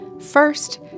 First